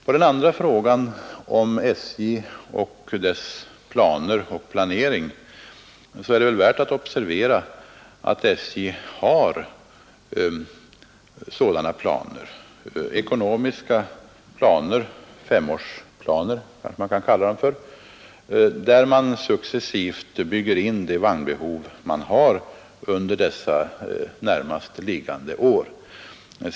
På den andra frågan, om SJ:s planer och planering, är det värt att observera att SJ har ekonomiska planer i vilka man successivt bygger in sitt vagnbehov under de närmast kommande åren.